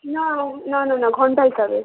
না না না না ঘণ্টা হিসাবে